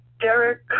Derek